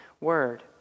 Word